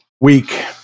Week